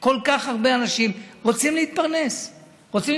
כל כך הרבה אנשים שרוצים להתפרנס בכבוד.